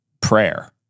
prayer